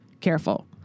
careful